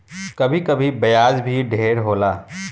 कभी कभी ब्याज भी ढेर होला